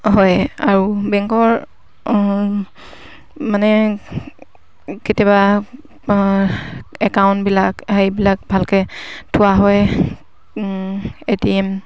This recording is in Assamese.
হয় আৰু বেংকৰ মানে কেতিয়াবা একাউণ্টবিলাক সেইবিলাক ভালকে থোৱা হয় এ টি এম